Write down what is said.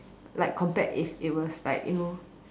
like compared if it was like you know